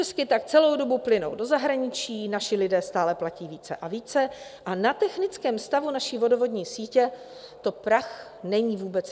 Zisky tak celou dobu plynou do zahraničí, naši lidé stále platí více a více a na technickém stavu naší vodovodní sítě to není vůbec vidět.